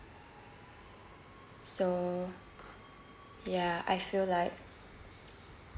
so yeah I feel like